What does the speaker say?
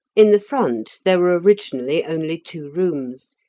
in the front there were originally only two rooms,